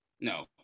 No